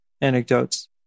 anecdotes